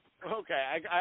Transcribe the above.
Okay